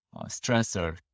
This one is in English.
stressor